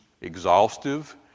exhaustive